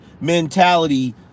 mentality